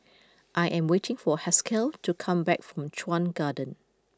I am waiting for Haskell to come back from Chuan Garden